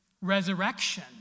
resurrection